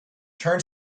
turn